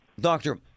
Doctor